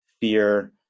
fear